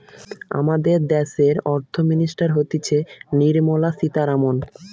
আমাদের দ্যাশের অর্থ মিনিস্টার হতিছে নির্মলা সীতারামন